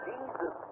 Jesus